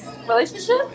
relationship